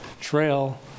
trail